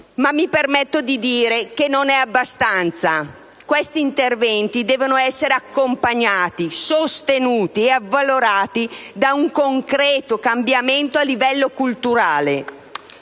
ma mi permetto di dire che non è abbastanza. Questi interventi devono essere accompagnati, sostenuti e avvalorati da un concreto cambiamento a livello culturale,